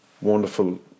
wonderful